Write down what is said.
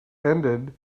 ended